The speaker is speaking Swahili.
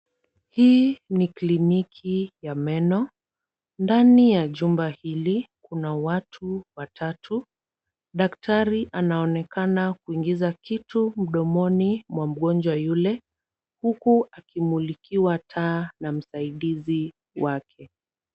Hii ni kliniki ya meno. Ndani ya jumba hili kuna watu watatu. Daktari anaonekana kuingiza kitu mdomoni mwa mgonjwa yule, huku akimulikiwa taa na msaidizi wake.